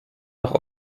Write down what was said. nach